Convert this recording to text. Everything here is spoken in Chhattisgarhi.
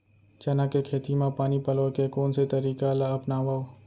चना के खेती म पानी पलोय के कोन से तरीका ला अपनावव?